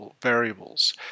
variables